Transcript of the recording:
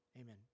amen